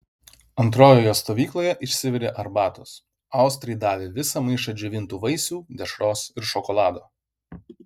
antrojoje stovykloje išsivirė arbatos austrai davė visą maišą džiovintų vaisių dešros ir šokolado